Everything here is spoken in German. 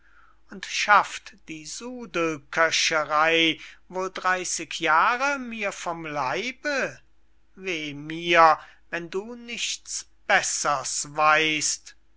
und schafft die sudelköcherey wohl dreyßig jahre mir vom leibe weh mir wenn du nichts bessers weißt